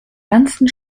ganzen